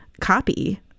copy